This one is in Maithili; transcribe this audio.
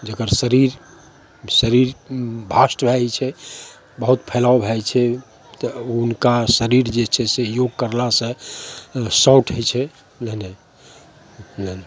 जकर शरीर शरीर भास्ट भए जाइ छै बहुत फैलाव भए जाइ छै तऽ हुनका शरीर जे छै से योग करलासँ शॉर्ट होइ छै नहि नहि नहि